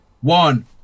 one